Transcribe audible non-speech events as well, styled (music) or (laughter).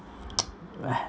(noise) weh